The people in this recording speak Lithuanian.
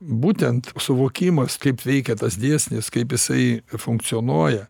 būtent suvokimas kaip veikia tas dėsnis kaip jisai funkcionuoja